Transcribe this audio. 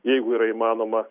jeigu yra įmanoma